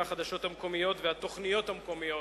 החדשות המקומיות והתוכניות המקומיות